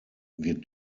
wir